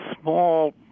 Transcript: small